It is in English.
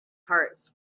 hearts